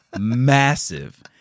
Massive